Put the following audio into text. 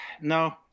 no